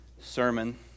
sermon